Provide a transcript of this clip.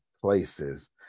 places